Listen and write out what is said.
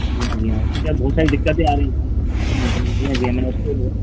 जी हाँ जी हाँ उसमें क्या बहुत सारी दिक्कतें आ रही हैं